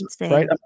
Right